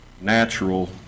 natural